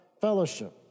fellowship